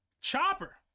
Chopper